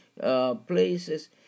places